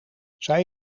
zij